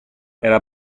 era